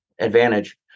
advantage